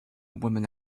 woman